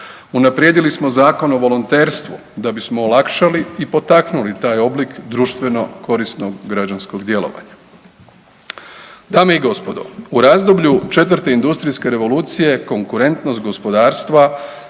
Unaprijedili smo Zakon o volonterstvu da bismo olakšali i potaknuli taj oblik društveno korisnog građanskog djelovanja. Dame i gospodo, u razdoblju 4. industrijske revolucije, konkurentnost gospodarstva,